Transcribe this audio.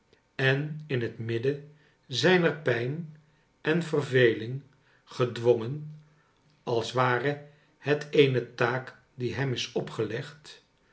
en in het midden zijner pijn en verveling gedwongen als ware het eene taak die hem is opgelegd